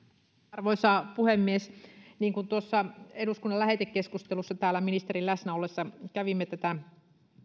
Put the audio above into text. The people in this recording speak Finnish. arvoisa puhemies tuossa eduskunnan lähetekeskustelussa ministerin täällä läsnä ollessa kävimme tätä